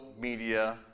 media